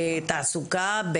בתעסוקה,